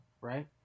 Right